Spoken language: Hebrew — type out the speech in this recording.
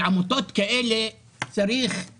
צריך על עמותות כאלה להודות,